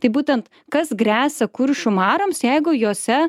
tai būtent kas gresia kuršių marioms jeigu jose